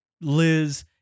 Liz